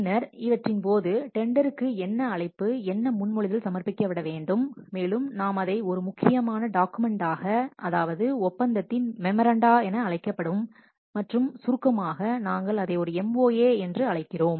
பின்னர் டெண்டருக்கு அழைப்பு விடும் போது முன்மொழிதல் சமர்ப்பிக்கப்பட வேண்டும் மேலும் நாம் ஒரு முக்கியமான டாக்குமெண்ட் அதாவது மெமோராண்டா ஆஃப் அக்ரீமென்ட் என அழைக்கப்படும் அல்லது சுருக்கமாக நாம் அதை MoA என அழைக்கிறோம்